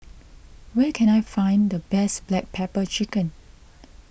where can I find the best Black Pepper Chicken